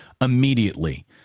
immediately